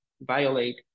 violate